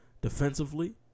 Defensively